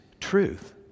truth